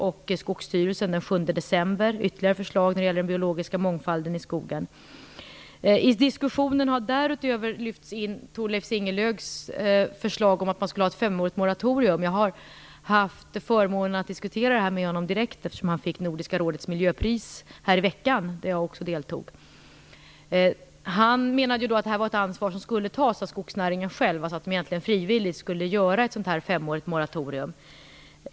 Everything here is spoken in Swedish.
Vi kommer att få ytterligare förslag som gäller den biologiska mångfalden i skogen av Naturvårdsverket och I diskussionen har därutöver lyfts in Thorleif Ingelöfs förslag om ett femårigt moratorium. Jag har haft förmånen att diskutera det med honom direkt. Jag deltog nämligen när han fick Nordiska rådets miljöpris nu i veckan. Han menade att skogsnäringen själv skulle ta detta ansvar och att den egentligen frivilligt skulle gå med på ett femårigt moratorium.